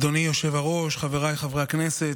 אדוני היושב-ראש, חבריי חברי הכנסת,